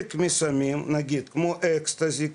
כמו אקסטזי,